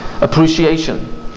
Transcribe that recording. appreciation